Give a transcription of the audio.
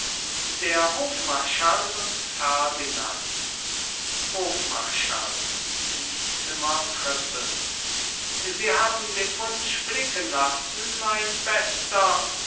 der hofmarschall und ferdinand hofmarschall ins zimmer trippelnd sie haben den wunsch blicken lassen mein bester ferdinand